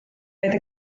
oedd